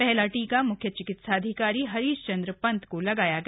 हला टीका मुख्य चिकित्साधिकारी हरीश चंद्र ांत को लगाया गया